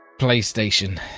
PlayStation